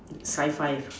high five